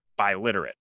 biliterate